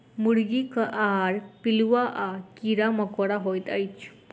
मुर्गीक आहार पिलुआ आ कीड़ा मकोड़ा होइत अछि